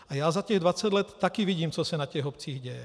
A já za těch dvacet let taky vidím, co se na těch obcích děje.